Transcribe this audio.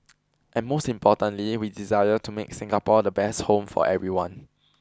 and most importantly we desire to make Singapore the best home for everyone